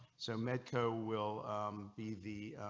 so medeco will be the